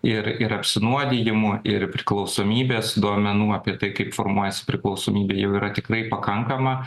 ir ir apsinuodijimų ir priklausomybės duomenų apie tai kaip formuojasi priklausomybė jau yra tikrai pakankama